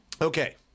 Okay